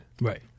right